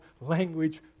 language